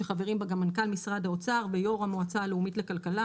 שחברים בה גם מנכ"ל משרד האוצר ויושב-ראש המועצה הלאומית לכלכלה,